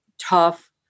tough